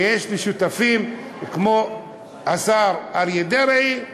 כשיש לי שותפים כמו השר אריה דרעי,